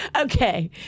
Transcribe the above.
okay